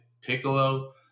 Piccolo